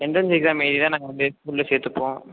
entrance exam எழுதிதான் நாங்கள் வந்து ஸ்கூல்லே சேர்த்துப்போம்